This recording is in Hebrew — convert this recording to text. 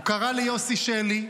הוא קרא ליוסי שלי,